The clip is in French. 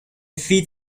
fit